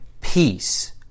peace